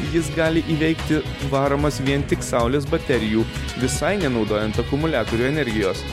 jis gali įveikti varomas vien tik saulės baterijų visai nenaudojant akumuliatorių energijos